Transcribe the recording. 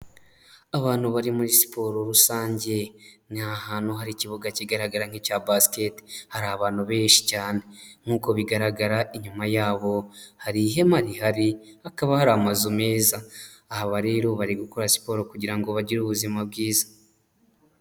Abantu bari muri siporo rusange ni ahantu hari ikibuga kigaragara nk'icya basiketi hari abantu benshi cyane nkuko bigaragara inyuma yabo hari ihema rihari hakaba hari amazu meza aha aba rero bari gukora siporo kugira ngo bagire ubuzima bwiza.